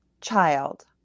child